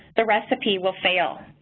the recipe will fail.